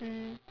mm